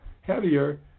heavier